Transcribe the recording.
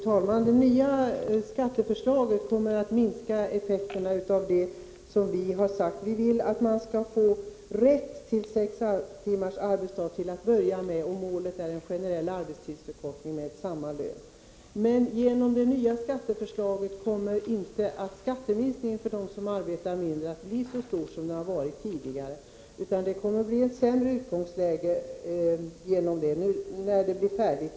Fru talman! Det nya skatteförslaget kommer att minska effekterna av de åtgärder vi vill genomföra. Vi vill att man skall få rätt till sex timmars arbets dag till att börja med, och målet är en generell arbetstidsförkortning med bibehållen lön. Genom det nya skatteförslaget kommer inte skatteminskningen för dem som arbetar mindre att bli så stor som den har varit tidigare, utan det kommer att bli ett sämre utgångsläge när det är färdigt.